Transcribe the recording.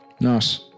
Nice